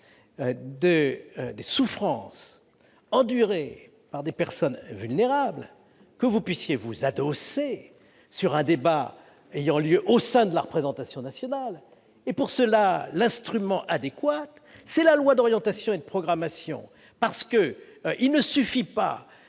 des souffrances endurées par des personnes vulnérables, que vous puissiez vous adosser à un débat ayant lieu au sein de la représentation nationale. Pour cela, l'instrument adéquat, c'est la loi d'orientation et de programmation. Il ne suffit pas